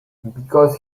because